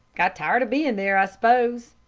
got tired of being there, i suppose.